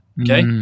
Okay